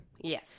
yes